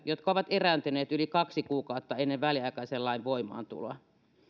jotka ovat erääntyneet yli kaksi kuukautta ennen väliaikaisen lain voimaantuloa